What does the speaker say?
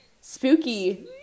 spooky